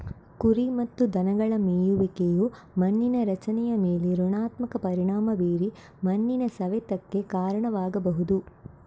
ಕುರಿ ಮತ್ತು ದನಗಳ ಮೇಯುವಿಕೆಯು ಮಣ್ಣಿನ ರಚನೆಯ ಮೇಲೆ ಋಣಾತ್ಮಕ ಪರಿಣಾಮ ಬೀರಿ ಮಣ್ಣಿನ ಸವೆತಕ್ಕೆ ಕಾರಣವಾಗ್ಬಹುದು